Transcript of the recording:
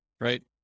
right